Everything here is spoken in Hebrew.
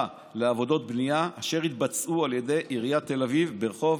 לעבודות בנייה אשר התבצעו על ידי עיריית תל אביב ברחוב